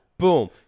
boom